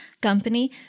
company